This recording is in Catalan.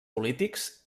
polítics